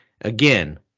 Again